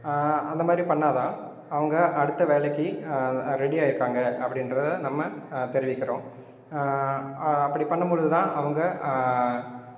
அந்தமாதிரி பண்ணால் தான் அவங்க அடுத்த வேலைக்கு ரெடி ஆகிருக்காங்க அப்படின்றத நம்ம தெரிவிக்கிறோம் அப்படி பண்ணும் பொழுது தான் அவங்க